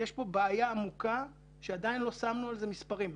אבל זה משקף את הבעיה העמוקה בזה שעדיין לא שמנו על זה מספרים.